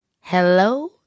Hello